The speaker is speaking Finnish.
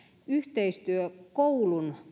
yhteistyö koulun